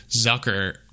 Zucker